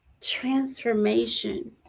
transformation